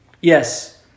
Yes